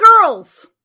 Girls